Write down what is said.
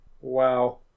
Wow